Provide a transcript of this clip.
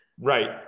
Right